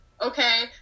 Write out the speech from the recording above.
okay